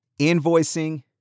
Invoicing